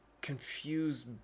confused